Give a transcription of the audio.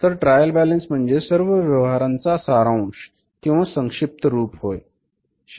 तर trial balance म्हणजे सर्व व्यवहारांचा सारांश किंवा संक्षिप्त रूप होय